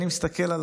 אני מסתכל על